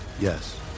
Yes